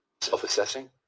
self-assessing